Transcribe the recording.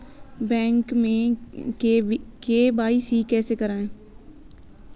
Bank में KYC कैसे करायें?